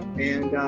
and,